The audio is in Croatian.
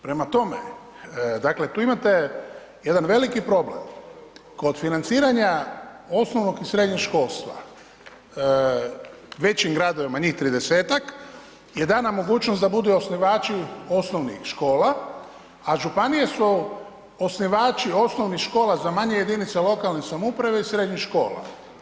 Prema tome, dakle tu imate jedan veliki problem, kod financiranja osnovnog i srednjeg školstva većim gradovima, njih 30-tak, je dana mogućnost da budu i osnivači osnovnih škola, a županije su osnivači osnovnih škola za manje jedinice lokalne samouprave i srednjih škola.